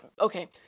Okay